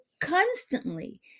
constantly